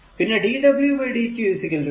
പിന്നെ dw dq v ആണ്